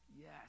Yes